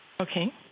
Okay